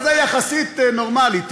אבל זה יחסית נורמלי.